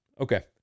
Okay